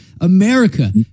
America